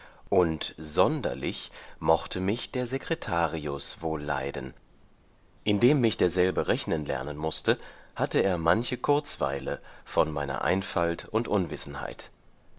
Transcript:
und sonderlich mochte mich der secretarius wohl leiden indem mich derselbe rechnen lernen mußte hatte er manche kurzweile von meiner einfalt und unwissenheit